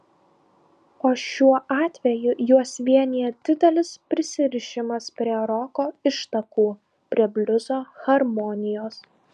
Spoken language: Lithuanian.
o šiuo atveju juos vienija didelis prisirišimas prie roko ištakų prie bliuzo harmonijos